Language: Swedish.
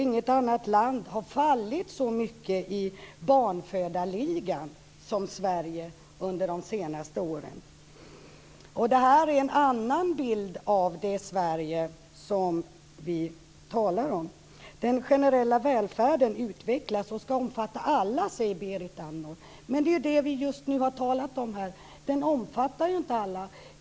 Inget annat land har fallit så mycket i barnafödarligan som Sverige under de senaste åren. Det här är en annan bild av det Sverige som vi talar om. Den generella välfärden utvecklas och ska omfatta alla, säger Berit Andnor. Men det är det vi just nu har talat om här. Den omfattar ju inte alla.